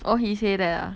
orh he say that ah